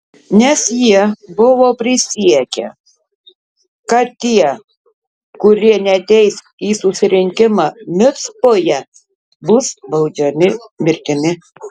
nes jie buvo prisiekę kad tie kurie neateis į susirinkimą micpoje bus baudžiami mirtimi